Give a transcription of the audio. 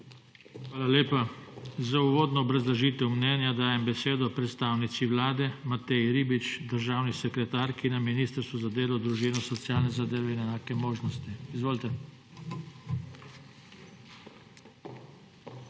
Hvala lepa. Za uvodno obrazložitev mnenja dajem besedo predstavnici Vlade Mateji Ribič, državni sekretarki na Ministrstvu za delo, družino, socialne zadeve in enake možnosti. Izvolite.